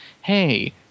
hey –